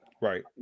Right